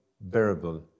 bearable